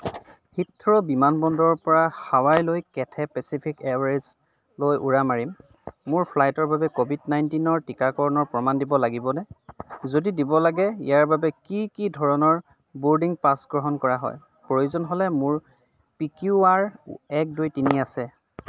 Heathrow বিমানবন্দৰৰ পৰা হাৱাইলৈ কেথে' পেচিফিক এয়াৰৱে'জলৈ উৰা মাৰিম মোৰ ফ্লাইটৰ বাবে ক'ভিড নাইটিনৰ টিকাকৰণৰ প্ৰমাণ দিব লাগিবনে যদি দিব লাগে ইয়াৰ বাবে কি কি ধৰণৰ বোৰ্ডিং পাছ গ্ৰহণ কৰা হয় প্ৰয়োজন হ'লে মোৰ পি কিউ আৰ এক দুই তিনি আছে